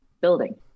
building